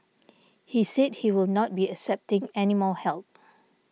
he said he will not be accepting any more help